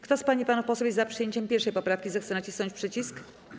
Kto z pań i panów posłów jest za przyjęciem 1. poprawki, zechce nacisnąć przycisk.